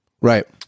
Right